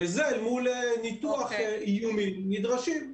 וזה אל מול ניתוח איומים נדרשים.